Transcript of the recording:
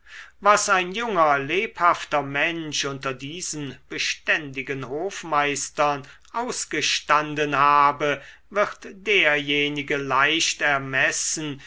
was ein junger lebhafter mensch unter diesem beständigen hofmeistern ausgestanden habe wird derjenige leicht ermessen